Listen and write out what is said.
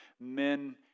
men